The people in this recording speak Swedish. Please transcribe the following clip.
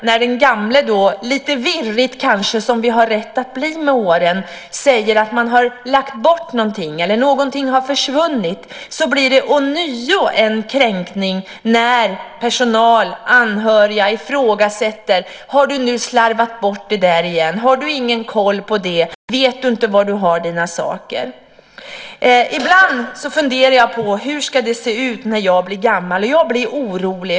När den gamle sedan kanske lite virrig, som vi har rätt att bli med åren, säger att han har lagt bort någonting eller att någonting har försvunnit, blir det ånyo en kränkning när personal och anhöriga frågar: Har du nu slarvat bort det igen? Har du ingen koll på det? Vet du inte var du har dina saker? Ibland funderar jag på hur det ska se ut när jag blir gammal, och jag blir orolig.